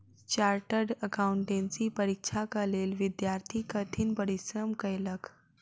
chartered accountancy परीक्षाक लेल विद्यार्थी कठिन परिश्रम कएलक